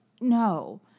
no